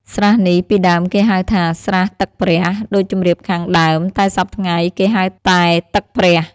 ស្រះនេះ ពីដើមគេហៅថា "ស្រះទឹកព្រះ" ដូចជម្រាបខាងដើម, តែសព្វថ្ងៃ គេហៅតែ "ទឹកព្រះ" ។